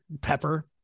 pepper